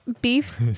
Beef